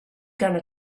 gonna